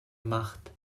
macht